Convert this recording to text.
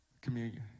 communion